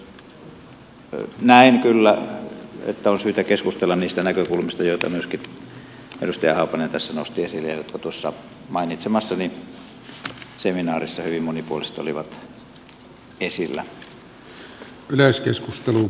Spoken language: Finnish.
näen kyllä että on syytä keskustella niistä näkökulmista joita myöskin edustaja haapanen tässä nosti esille ja jotka tuossa mainitsemassani seminaarissa hyvin monipuolisesti olivat esillä